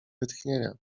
wytchnienia